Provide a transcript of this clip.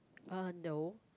uh no